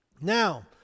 Now